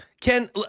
Ken